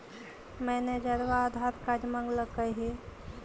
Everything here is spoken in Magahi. मैनेजरवा आधार कार्ड मगलके हे?